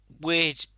weird